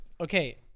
okay